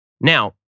Now